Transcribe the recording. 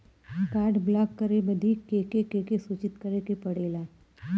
Card block करे बदी के के सूचित करें के पड़ेला?